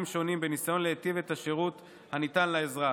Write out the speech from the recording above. שונים בניסיון להיטיב את השירות הניתן לאזרח,